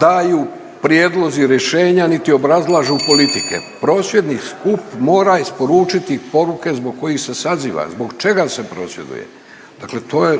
daju prijedlozi rješenja, niti obrazlažu politike. Prosvjedni skup mora isporučiti poruke zbog kojih se saziva, zbog čega se prosvjeduje. Dakle to